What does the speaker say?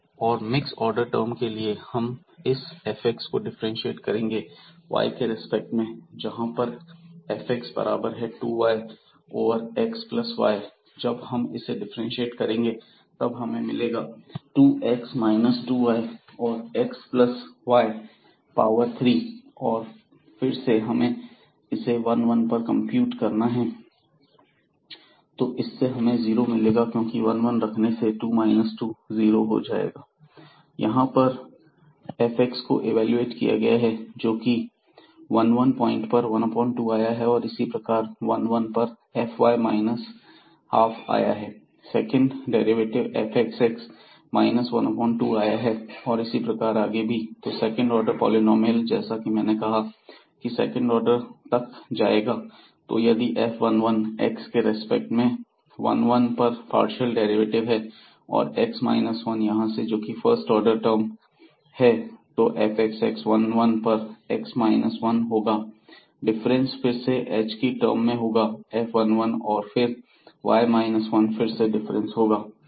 और mixed order term के लिए हम इस fx को डिफ्रेंशिएट करेंगे y के रिस्पेक्ट में यहां पर fx बराबर है 2y over x plus y जब हम इसे डिफ्रेंशिएट करेंगे तब हमें मिलेगा 2x माइनस 2y और x प्लस y पावर 3 फिर से हमें इसे 1 1 पर कंप्यूट करना है तो इससे हमें जीरो मिलेगा क्योंकि 1 1 रखने से 2 2 जीरो हो जाएगा यहां पर fx को इवेलुएट किया गया है जोकि 1 1 पॉइंट पर 12 आया है और इसी प्रकार 1 1 पर fy माइनस ½ आया है second derivative fxx minus 12 by two आया है और इसी प्रकार आगे भी तो सेकंड ऑर्डर पॉलिनॉमियल जैसा कि मैंने कहा की सेकंड ऑर्डर तक जाएगा तो यदि f11 x के रिस्पेक्ट में 11 पर पार्शियल डेरिवेटिव है और x माइनस 1 यहां से जोकि फर्स्ट ऑर्डर टर्म ्स हैं तो fxx 1 1 पर x माइनस वन होगा डिफरेंस फिर से h की टर्म में होगा f11 और फिर y 1 फिर से डिफरेंस होगा